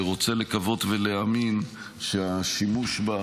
ורוצה לקוות ולהאמין שהשימוש בה,